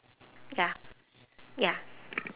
ya ya